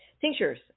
Tinctures